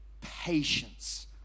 patience